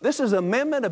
this is amendment